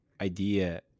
idea